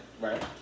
Right